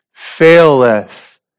faileth